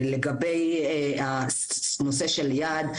לגבי הנושא של יעד,